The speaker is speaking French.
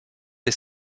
des